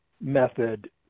method